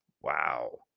Wow